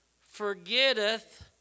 forgetteth